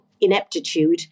ineptitude